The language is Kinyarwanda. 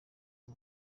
ndi